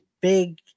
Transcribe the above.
big